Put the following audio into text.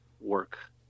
work